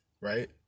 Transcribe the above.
Right